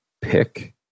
pick